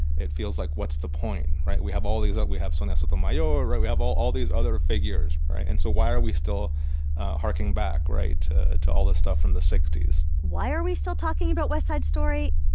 it feels like, what's the point? right. we have all these like ah we have sonia sotomayor. we have all all these other figures. right. and so why are we still harking back right. to to all this stuff from the sixty s? why are we still talking about west side story?